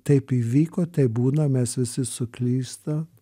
taip įvyko taip būna mes visi suklystam